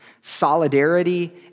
solidarity